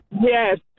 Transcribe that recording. Yes